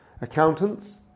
accountants